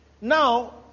Now